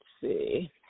see